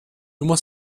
nummer